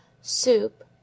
soup